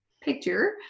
picture